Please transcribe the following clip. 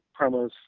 promos